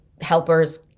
Helpers